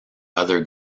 other